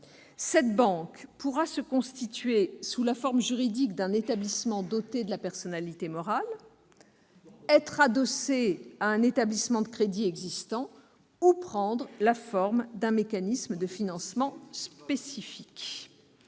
Cette banque pourra se constituer sous la forme juridique d'un établissement doté de la personnalité morale, être adossée à un établissement de crédit existant ou prendre la forme d'un mécanisme de financement spécifique.